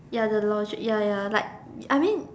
ya the logic ya ya like I mean